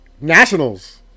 Nationals